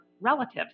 relatives